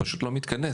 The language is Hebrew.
היא פשוט לא מתכנסת,